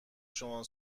شما